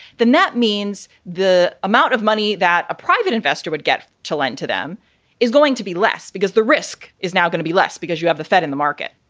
then that means the amount of money that a private investor would get to lend to them is going to be less because the risk is now going to be less because you have the fed in the market.